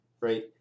right